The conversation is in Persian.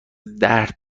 درد